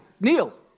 Neil